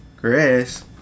Chris